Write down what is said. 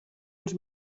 els